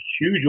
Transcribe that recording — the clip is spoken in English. huge